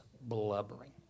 blubbering